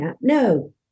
No